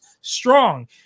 Strong